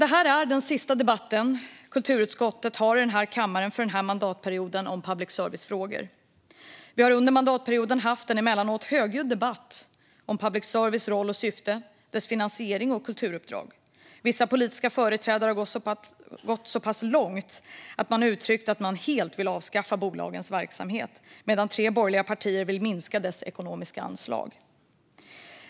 Det här är den sista debatten om public service-frågor kulturutskottet har i kammaren för denna mandatperiod. Vi har under mandatperioden haft en emellanåt högljudd debatt om public services roll och syfte, dess finansiering och kulturuppdrag. Vissa politiska företrädare har gått så pass långt att de har uttryckt att de helt vill avskaffa bolagens verksamhet medan tre borgerliga partier vill minska bolagens ekonomiska anslag.